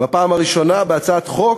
בפעם הראשונה בהצעת חוק